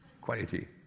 quality